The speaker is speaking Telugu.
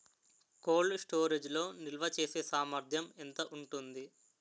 కోల్డ్ స్టోరేజ్ లో నిల్వచేసేసామర్థ్యం ఎంత ఉంటుంది?